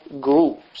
groups